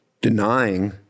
denying